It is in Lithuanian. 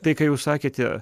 tai ką jūs sakėte